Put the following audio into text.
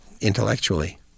intellectually